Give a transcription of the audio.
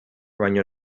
baino